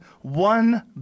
One